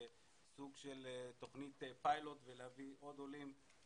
סוג של תוכנית פיילוט ולהביא עוד עולים לשם.